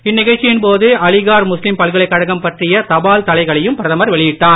இந்நிகழ்ச்சியின் போது அலிகார் முஸ்லீம் பல்கலைக் கழகம் பற்றிய தபால் தலைகளையும் பிரதமர் வெளியிட்டார்